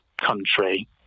country